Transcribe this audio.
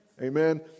Amen